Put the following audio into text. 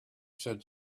said